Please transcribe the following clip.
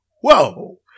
whoa